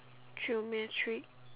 traumatic